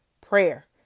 prayer